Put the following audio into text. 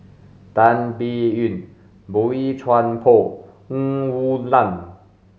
Tan Biyun Boey Chuan Poh Ng Woon Lam